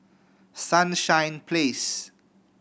Sunshine Place